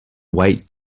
white